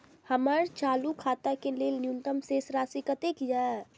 हमर चालू खाता के लेल न्यूनतम शेष राशि कतेक या?